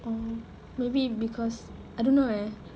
oh maybe it's because I don't know eh